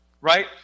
Right